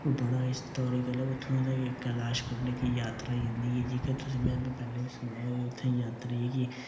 ओह् बड़ा हिस्टॉरिकल ऐ ओह् इत्थुआं दा गै कैलाश कुंड गी जात्तरा जंदी ऐ जेह्के तुसें गी में पैह्लें बी सनाया कि उत्थै जात्तरा गी